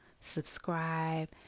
subscribe